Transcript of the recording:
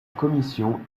commission